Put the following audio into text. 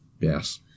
Yes